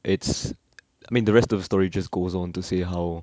it's I mean the rest of the story just goes on to say how